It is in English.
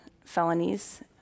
felonies